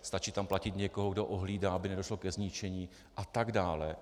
Stačí tam platit někoho, kdo ohlídá, aby nedošlo ke zničení, a tak dále.